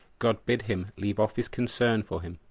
god bid him leave off his concern for him,